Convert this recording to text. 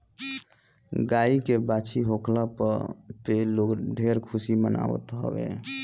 गाई के बाछी होखला पे लोग ढेर खुशी मनावत हवे